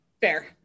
fair